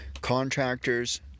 Contractors